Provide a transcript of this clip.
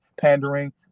pandering